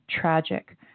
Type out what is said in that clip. tragic